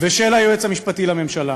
ושל היועץ המשפטי לממשלה,